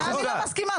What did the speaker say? אולי אני לא מסכימה.